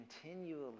continually